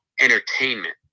entertainment